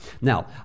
Now